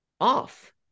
off